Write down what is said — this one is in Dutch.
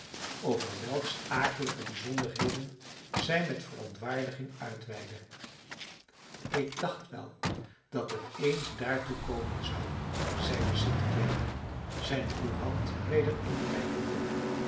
over welks akelige bijzonderheden zij met verontwaardiging uitweidde ik dacht wel dat het eens daartoe komen zou zeide st clare zijne courant weder inkijkende